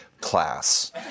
class